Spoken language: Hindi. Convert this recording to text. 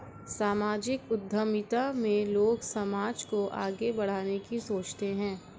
सामाजिक उद्यमिता में लोग समाज को आगे बढ़ाने की सोचते हैं